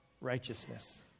righteousness